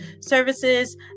services